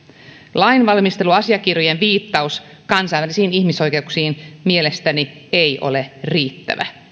lainvalmisteluasiakirjojen viittaus kansainvälisiin ihmisoikeuksiin ei ole mielestäni riittävä